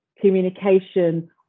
communication